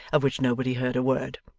of which nobody heard a word.